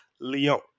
Leon